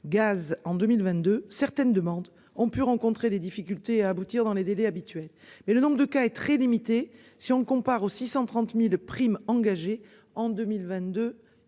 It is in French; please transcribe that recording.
gaz en 2022, certaines demandes ont pu rencontrer des difficultés à aboutir dans les délais habituels. Mais le nombre de cas est très limité. Si on le compare aux 630.000 primes engagé en 2022